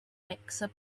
mixer